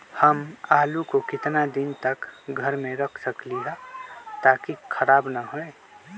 हम आलु को कितना दिन तक घर मे रख सकली ह ताकि खराब न होई?